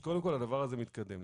הדבר הזה מתקדם.